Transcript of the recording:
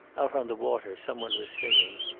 out on the water some one was singing.